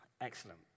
Excellent